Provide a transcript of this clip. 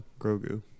Grogu